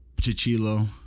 Chichilo